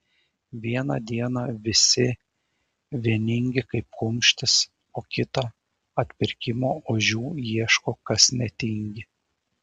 vieną dieną visi vieningi kaip kumštis o kitą atpirkimo ožių ieško kas netingi